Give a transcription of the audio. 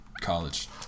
college